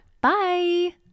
Bye